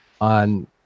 on